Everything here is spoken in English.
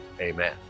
amen